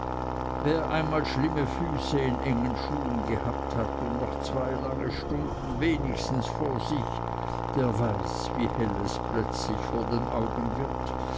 wer einmal schlimme füße in engen schuhen gehabt hat und noch zwei lange stunden wenigstens vor sich der weiß wie hell es plötzlich vor den augen wird